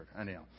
Anyhow